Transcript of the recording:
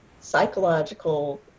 psychological